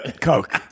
Coke